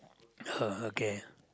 oh okay